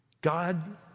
God